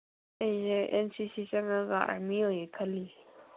ꯑꯩꯁꯦ N C C ꯆꯪꯉꯒ ꯑꯥꯔꯃꯤ ꯑꯣꯏꯒꯦ ꯈꯜꯂꯤꯌꯦ